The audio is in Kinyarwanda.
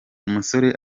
umusore